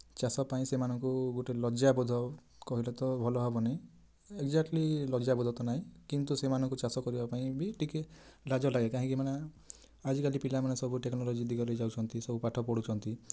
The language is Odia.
ଚାଷ ପାଇଁ ସେମାନଙ୍କୁ ଗୋଟେ ଲଜ୍ୟା ବୋଧ କହିଲେ ତ ଭଲ ହବନି ଏଗ୍ଜାକ୍ଟଲି ଲଜ୍ୟା ବୋଧ ତ ନାହିଁ କିନ୍ତୁ ସେମାନଙ୍କୁ ଚାଷ କରିବା ପାଇଁ ବି ଟିକେ ଲାଜ ଲାଗେ କାହିଁକି ମାନେ ଆଜିକାଲି ପିଲାମାନେ ସବୁ ଟେକ୍ନୋଲୋଜି ଦିଗରେ ଯାଉଛନ୍ତି ସବୁ ପାଠ ପଢ଼ୁଛନ୍ତି